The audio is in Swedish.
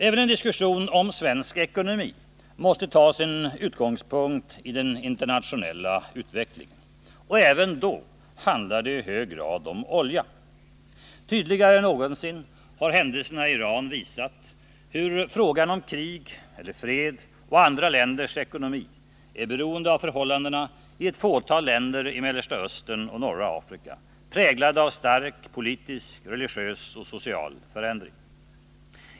Även en diskussion om svensk ekonomi måste ta sin utgångspunkt i den internationella utvecklingen. Och även då handlar det i hög grad om olja. Tydligare än någonsin har händelserna i Iran visat hur frågan om krig eller fred och andra länders ekonomi är beroende av förhållandena i ett fåtal länder i Mellersta Östern och norra Afrika präglade av stark politisk, religiös och social förändring.